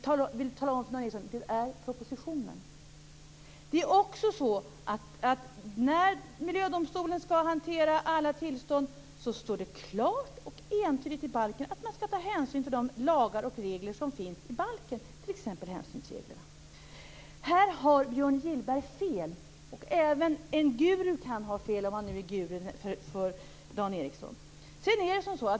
Jag vill tala om för Dan Ericsson att det är det som sägs i propositionen som är det riktiga. När miljödomstolen skall hantera alla tillstånd skall man, detta sägs klart och entydigt i balken, ta hänsyn till de lagar och regler som finns i balken, t.ex. hänsynsreglerna. Här har Björn Gillberg fel. Även en guru - om han nu är en guru för Dan Ericsson - kan ha fel.